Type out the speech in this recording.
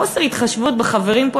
חוסר התחשבות בחברים פה,